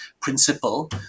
principle